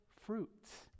fruits